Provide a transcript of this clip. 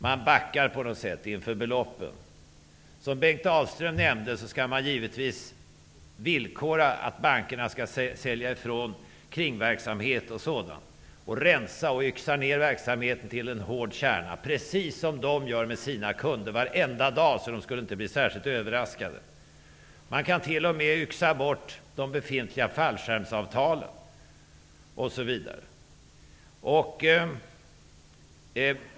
Man backar på något sätt inför beloppen. Som Bengt Dalström nämnde, skall man givetvis villkora att bankerna skall sälja ifrån kringverksamhet och sådant, rensa och yxa ner verksamheten till en hård kärna, precis som de gör med sina kunder varenda dag, så de skulle inte bli särskilt överraskade. Man kan t.o.m. yxa bort de befintliga fallskärmsavtalen, osv.